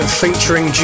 featuring